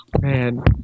man